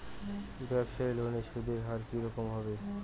ব্যবসায়ী লোনে সুদের হার কি রকম হবে?